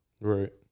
right